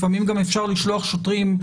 לפעמים גם אפשר לשלוח שוטרים,